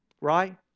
Right